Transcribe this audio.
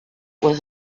was